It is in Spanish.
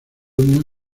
unión